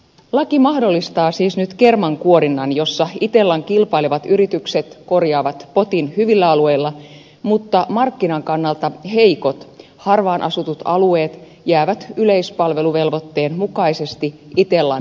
laki mahdollistaa siis nyt kermankuorinnan jossa itellan kilpailevat yritykset korjaavat potin hyvillä alueilla mutta markkinan kannalta heikot harvaanasutut alueet jäävät yleispalveluvelvoitteen mukaisesti itellan hoidettavaksi